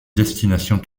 destination